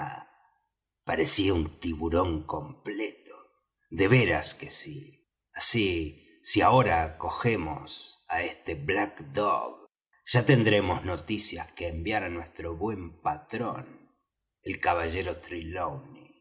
parecía un tiburón completo de veras que sí así si ahora cogemos á este black dog ya tendremos noticias que enviar á nuestro buen patrón el caballero